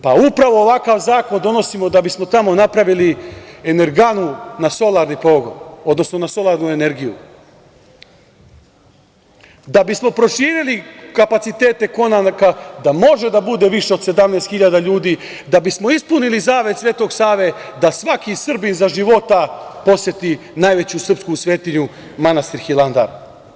Pa, upravo ovakav zakon donosimo da bismo tamo napravili energanu na solarni pogon, odnosno na solarnu energiju, da bismo proširili kapacitete konaka da može da bude više od 17 hiljada ljudi da bismo ispunili zavet Svetog Save da svaki Srbin za života poseti najveću srpsku svetinju manastir Hilandar.